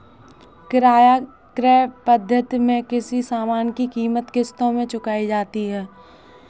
किराया क्रय पद्धति में किसी सामान की कीमत किश्तों में चुकाई जाती है